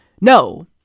No